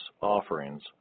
offerings